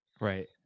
Right